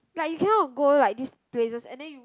like you cannot to go like this places and then you